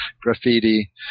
graffiti